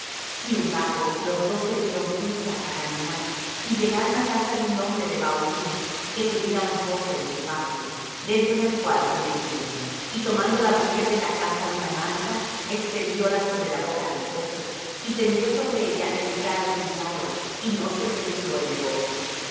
sin embargo los dos se dieron priesa á caminar y llegaron á casa de un hombre en bahurim que tenía un pozo en su patio dentro del cual se metieron y tomando la mujer de la casa una manta extendióla sobre la boca del pozo y tendió sobre ella el grano trillado y no se penetró el negocio